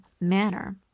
manner